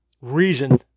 reason